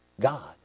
God